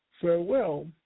farewell